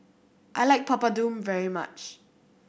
I like Papadum very much